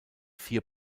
vier